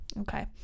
Okay